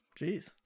Jeez